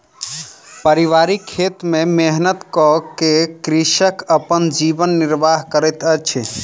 पारिवारिक खेत में मेहनत कअ के कृषक अपन जीवन निर्वाह करैत अछि